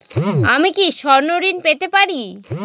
আমি কি স্বর্ণ ঋণ পেতে পারি?